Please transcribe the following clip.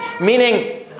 meaning